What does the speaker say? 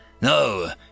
No